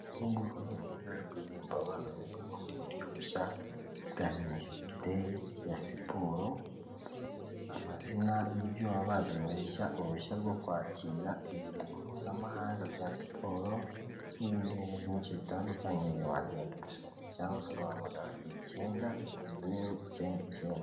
Uru nguru ni urubuga rw'irembo bazanye ubundi buryo bushya bwa minisiteri ya siporo, amazina y'ibyo baba bazanye bishya, uruhushya rwo kwakira ibirori mpuzamahanga bya siporo, n'ibindi bintu byinshi bitandukanye wagenda ubisoma, cyangwa se ukabahamagara ku icyenda, zeru, icyenda, icyenda.